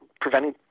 preventing